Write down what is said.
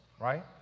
right